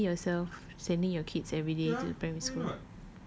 do you foresee yourself sending your kids everyday to primary school